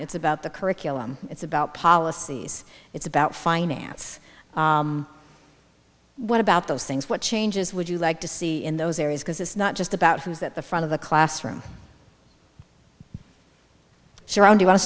it's about the curriculum it's about policies it's about finance what about those things what changes would you like to see in those areas because it's not just about who's at the front of the classroom she around you